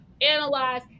analyze